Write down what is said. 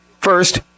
First